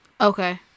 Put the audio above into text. Okay